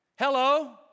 Hello